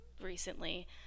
recently